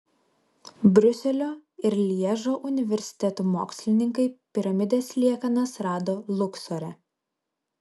briuselio ir lježo universitetų mokslininkai piramidės liekanas rado luksore